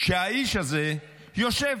שהאיש הזה יושב